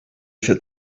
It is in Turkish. ise